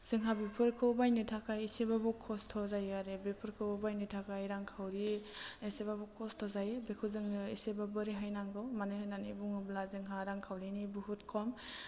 जोंहा बिफोरखौ बायनो थाखाय एसेबाबो खस्त' जायो आरो बेफोरखौ बायनो थाखाय रां खावरि एसेबाबो खस्त' जायो बेखौ जोंनो एसेबाबो रेहाय नांगौ मानो होननानै बुङोब्ला जोंहा रां खावरिनि बुहुत खम